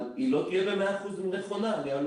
אבל היא לא תהיה במאה אחוז נכונה ואני עלול